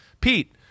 Pete